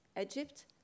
Egypt